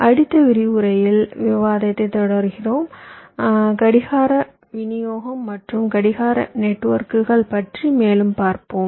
அடுத்த விரிவுரையில் விவாதத்தை தொடர்கிறோம் கடிகார விநியோகம் மற்றும் கடிகார நெட்வொர்க்குகள் பற்றி மேலும் பார்ப்போம்